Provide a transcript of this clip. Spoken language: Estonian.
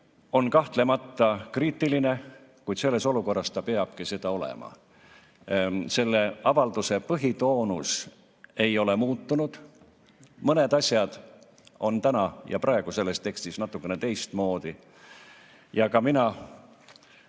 on kahtlemata kriitiline, kuid selles olukorras ta peabki seda olema. Selle avalduse põhitoon ei ole muutunud. Mõned asjad on täna ja praegu selles tekstis natukene teistmoodi. Ka mina